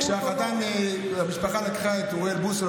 כשהחתן והמשפחה לקחו את אוריאל בוסו,